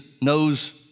knows